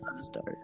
start